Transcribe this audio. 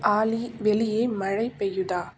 ஆலி வெளியே மழை பெய்யுதா